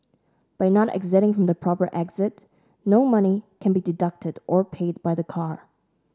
by not exiting from the proper exit no money can be deducted or paid by the car